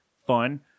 fun